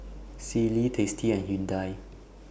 Sealy tasty and Hyundai